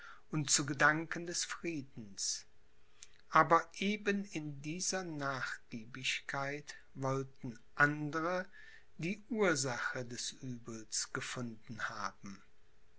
und zu gedanken des friedens aber eben in dieser nachgiebigkeit wollten andre die ursache des uebels gefunden haben